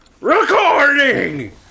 recording